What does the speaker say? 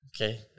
Okay